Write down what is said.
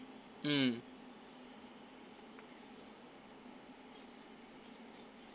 mm